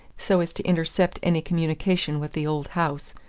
so as to intercept any communication with the old house,